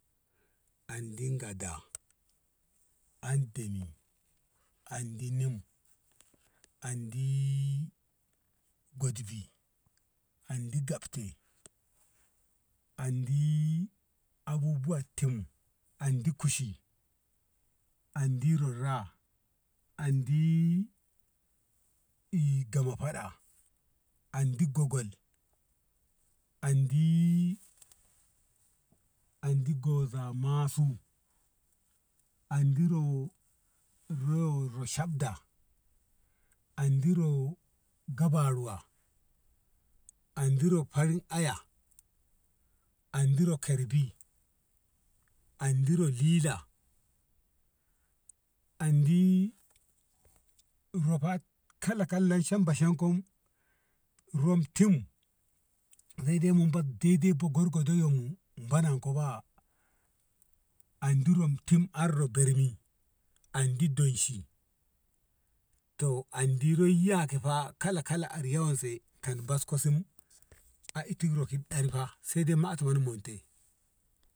Andi gada, an demi andi nim, andi godbi andii gabte, andiii abubuwatim, andi kushi, andi rarra, andi gama rarra andiii gama fada andi gogoi andii andi gozamasu andi ro- roo- roshapda andi ro gabaruwa andi ro farin aya andi ro kerbi andi ro lila andii ro fa kala kalan shamba shomkom rom tim sai daimu bag daidai gorgodon yomu ganan koba andi rom tim ar ro bemmi andi donshi to andi roi yake fa kala kala a riya wanse tag bakko sim a ito iko ɗari fa sede mato moti monte.